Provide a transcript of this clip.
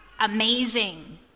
amazing